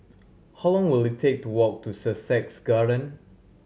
how long will it take to walk to Sussex Garden